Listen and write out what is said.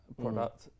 product